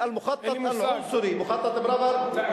על רקע מצוקת המגורים בשטחי הערים